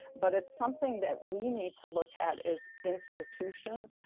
but it's something that we need to look at is institutions,